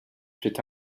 fait